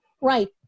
right